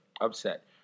upset